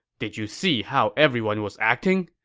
did you see how everyone was acting?